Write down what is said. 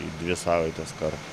į dvi savaites kartą